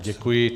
Děkuji.